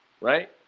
Right